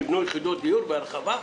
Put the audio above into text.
נבנו יחידות דיור בהרחבה?